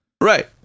Right